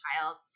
child